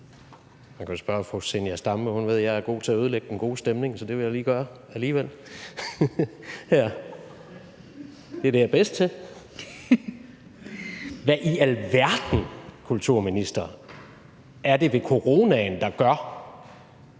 man kan jo spørge fru Zenia Stampe, for hun ved, at jeg er god til at ødelægge den gode stemning, så det vil jeg lige gøre alligevel her – det er det, jeg bedst til. Hvad i alverden, kulturminister, er det ved coronaen, der gør,